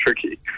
tricky